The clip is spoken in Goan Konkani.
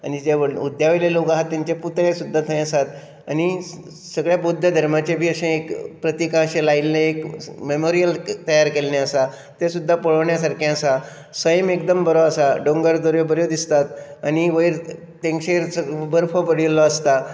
आनी जे हुद्द्या वयले लोक आसात तांचे पुतळे सुद्दां थंय आसात आनी सगळ्या बुद्ध धर्माचे बी अशें एक प्रतिकां बीं लायिल्लें एक मेमोरियल तयार केल्लें आसा तें सुध्दा पळोवण्या सारकें आसा सैम एकदम बरो आसा दोंगर बऱ्यो बऱ्यो दिसतात आनी वयर तेंगशेर बर्फ भरिल्लो आसता